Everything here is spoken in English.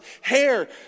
Hair